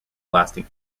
lasting